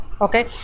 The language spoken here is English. okay